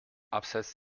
abseits